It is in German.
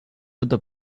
oder